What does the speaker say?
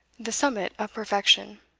the summit of perfection.